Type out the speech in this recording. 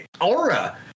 aura